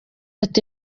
ati